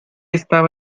estaba